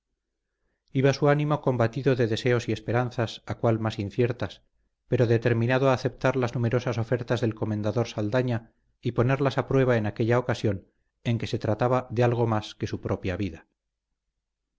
iba su ánimo combatido de deseos y esperanzas a cual más inciertas pero determinado a aceptar las numerosas ofertas del comendador saldaña y ponerlas a prueba en aquella ocasión en que se trataba de algo más que su propia vida